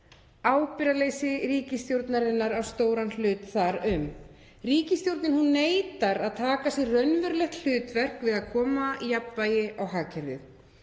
Ábyrgðarleysi ríkisstjórnarinnar á þar stóran hlut. Ríkisstjórnin neitar að taka sér raunverulegt hlutverk við að koma jafnvægi á hagkerfið.